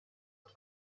und